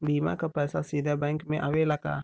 बीमा क पैसा सीधे बैंक में आवेला का?